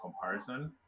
comparison